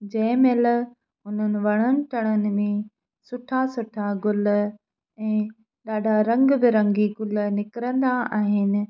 जै महिल उन्हनि वणनि टिणनि में सुठा सुठा ग़ुल ऐं ॾाढा रंग बिरंगी ग़ुल निकिरंदा आहिनि